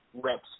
reps